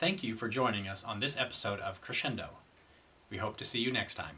thank you for joining us on this episode of crescendo we hope to see you next time